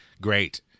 great